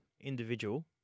individual